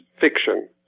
fiction